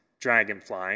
dragonfly